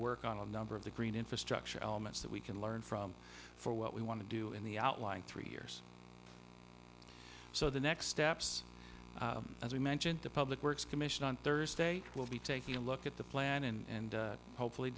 work on a number of the green infrastructure elements that we can learn from for what we want to do in the outlying three years so the next steps as we mentioned the public works commission on thursday will be taking a look at the plan and hopefully